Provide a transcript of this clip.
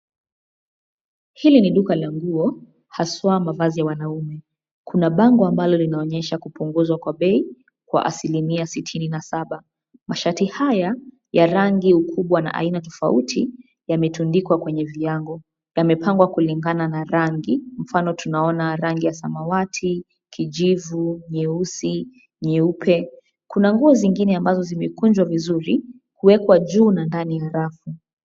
Hili ni duka la nguo, haswaa mavazi ya wanaume, kuna bango ambalo linaonyesha kupunguzwa kwa bei, kwa asilimia sitini na saba, mashati haya, ya rangi, ukubwa na aina tofauti, yametundikwa kwenye viango, yamepangwa kulingana na rangi, mfano tunaona rangi ya samawati, kijivu, nyeusi, nyeupe, kuna nguo zingine ambazo zimekunjwa vizuri, huwekwa juu na ndani ya rafu.